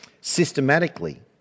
Systematically